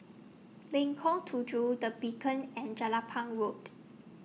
Lengkong Tujuh The Beacon and Jelapang Road